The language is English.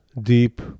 deep